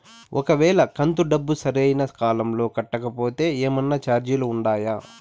ఒక వేళ కంతు డబ్బు సరైన కాలంలో కట్టకపోతే ఏమన్నా చార్జీలు ఉండాయా?